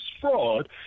fraud